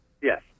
yes